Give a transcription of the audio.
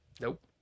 Nope